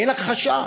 אין הכחשה.